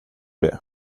det